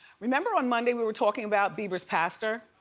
remember on monday we were talking about bieber's pastor?